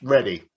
Ready